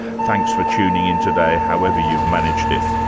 thanks for tuning in today however you've managed it.